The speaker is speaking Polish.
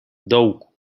dołku